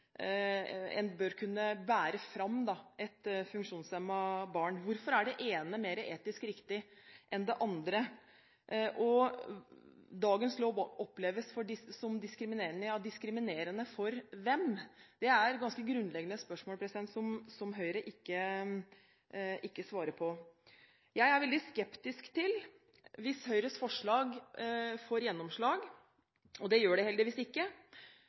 bør kunne bære fram et funksjonshemmet barn. Hvorfor er det ene mer etisk riktig enn det andre? Dagens lov oppleves som diskriminerende. Diskriminerende for hvem? Det er et grunnleggende spørsmål som Høyre ikke svarer på. Jeg er veldig skeptisk til at Høyres forslag skal få gjennomslag, men det gjør det heldigvis ikke.